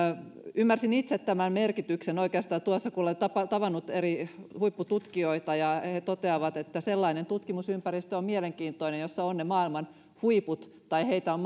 olen itse ymmärtänyt tämän merkityksen oikeastaan silloin kun olen tavannut eri huippututkijoita he toteavat että sellainen tutkimusympäristö on mielenkiintoinen jossa ovat maailman huiput tai jonne heitä on